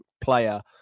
player